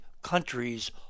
Countries